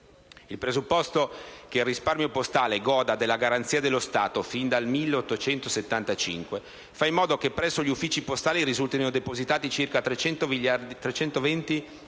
Il presupposto che il risparmio postale goda della garanzia dello Stato fin dal 1875 fa in modo che presso gli uffici postali risultino depositati circa 320 miliardi